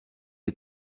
you